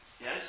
yes